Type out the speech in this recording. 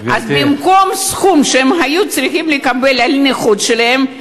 אז במקום הסכום שהם היו צריכים לקבל על הנכות שלהם,